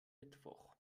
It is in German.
mittwoch